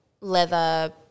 leather